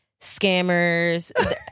scammers